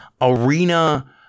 arena